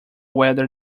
whether